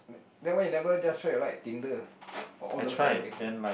then why you never just try your luck at tinder or all those other dating